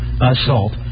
assault